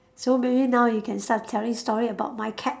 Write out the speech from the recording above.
so maybe now you can start telling story about my cat